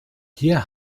hier